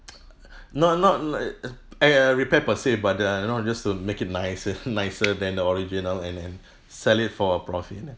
not not like err repair per se but uh you know just to make it nicer nicer than the original and then sell it for a profit